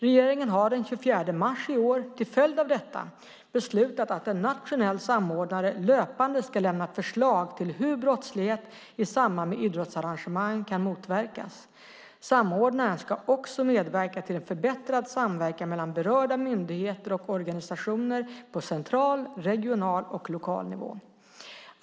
Regeringen har den 24 mars i år till följd av detta beslutat att en nationell samordnare löpande ska lämna förslag till hur brottslighet i samband med idrottsarrangemang kan motverkas. Samordnaren ska också medverka till en förbättrad samverkan mellan berörda myndigheter och organisationer på central, regional och lokal nivå.